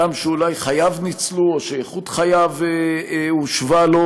אדם שאולי חייו ניצלו או שאיכות חייו הושבה לו,